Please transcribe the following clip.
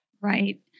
Right